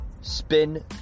Spin